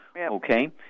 Okay